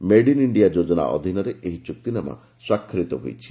made in ଇଖିଆ ଯୋଜନା ଅଧୀନରେ ଏହି ଚ୍ରକ୍ତିନାମା ସ୍ୱାକ୍ଷରିତ ହୋଇଛି